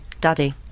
Daddy